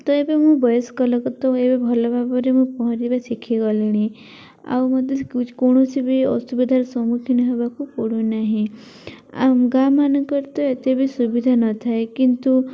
ତ ଏବେ ମୁଁ ବୟସ୍କଲୋକ ତ ଏବେ ଭଲ ଭାବରେ ମୁଁ ପହଁରିବା ଶିଖିଗଲିଣି ଆଉ ମୋତେ କୌଣସି ବି ଅସୁବିଧାର ସମ୍ମୁଖୀନ ହେବାକୁ ପଡ଼ୁନାହିଁ ଆଉ ଗାଁ ମାନଙ୍କର ତ ଏତେ ବି ସୁବିଧା ନଥାଏ କିନ୍ତୁ